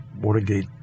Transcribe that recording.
Watergate